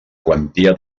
quantia